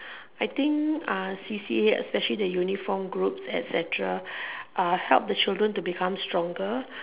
I think C_C_A especially the uniform group etcetera help the children to become stronger